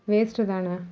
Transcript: வேஸ்ட்தானே